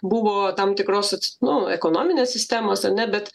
buvo tam tikros ats nu ekonominės sistemos ar ne bet